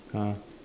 !huh!